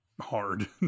Hard